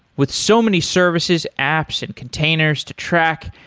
with so many services, apps and containers to track,